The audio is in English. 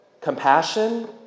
compassion